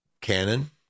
canon